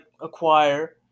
acquire